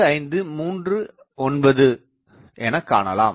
5539 எனக்கண்டறியலாம்